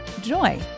joy